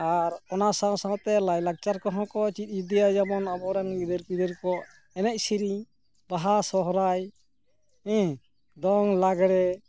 ᱟᱨ ᱚᱱᱟ ᱥᱟᱶᱥᱟᱶᱛᱮ ᱞᱟᱭᱞᱟᱠᱪᱟᱨ ᱠᱚᱦᱚᱸ ᱠᱚ ᱪᱮᱫ ᱤᱫᱤᱭᱟ ᱡᱮᱢᱚᱱ ᱟᱵᱚᱨᱮᱱ ᱜᱤᱫᱟᱹᱨ ᱯᱤᱫᱟᱹᱨ ᱠᱚ ᱮᱱᱮᱡ ᱥᱮᱨᱮᱧ ᱵᱟᱦᱟ ᱥᱚᱦᱨᱟᱭ ᱦᱮᱸ ᱫᱚᱝ ᱞᱟᱜᱽᱲᱮ